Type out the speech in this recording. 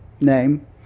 name